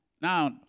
Now